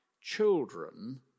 children